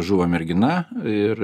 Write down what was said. žuvo mergina ir